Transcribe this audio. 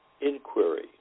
inquiry